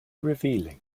revealing